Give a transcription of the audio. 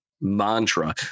mantra